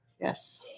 Yes